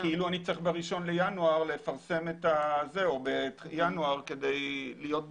אני צריך ב-1 בינואר לפרסם כדי להיות בהליך.